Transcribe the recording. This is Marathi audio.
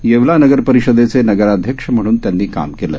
येवला नगर परीषदेचे नगराध्यक्ष म्हणून त्यांनी काम केलं